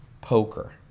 poker